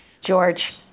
George